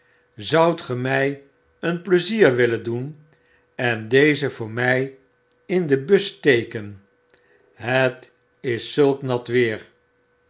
zoudt ge my een pleizier willen doen en dezen voor my in de bus steken het is zulk nat weer